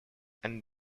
and